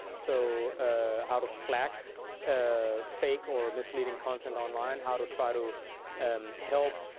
so ah how to flak ah fake or misleading content online, how to try to um help